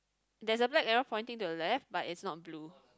there's a black arrow pointing to the left but it's not blue